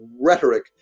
rhetoric